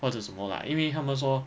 或则什么啦因为他们说